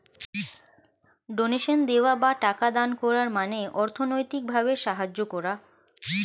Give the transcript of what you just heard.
ডোনেশনে দেওয়া বা টাকা দান করার মানে অর্থনৈতিক ভাবে সাহায্য করা